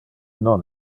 non